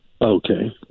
Okay